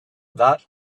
that